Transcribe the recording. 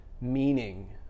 meaning